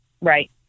Right